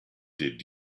did